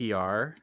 PR